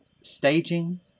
staging